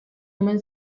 omen